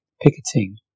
Picketing